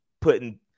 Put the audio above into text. putting